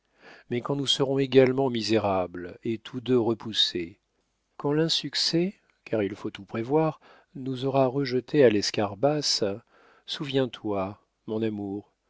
mais quand nous serons également misérables et tous deux repoussés quand l'insuccès car il faut tout prévoir nous aura rejetés à l'escarbas souviens-toi mon amour